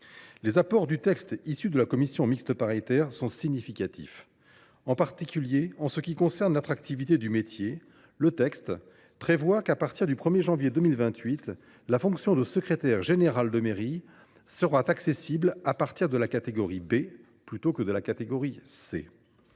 Les apports du texte issu de la commission mixte paritaire sont significatifs. En ce qui concerne l’attractivité du métier, le texte prévoit que, à compter du 1 janvier 2028, la fonction de secrétaire général de mairie sera accessible à partir de la catégorie B, plutôt que la catégorie C,